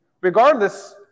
Regardless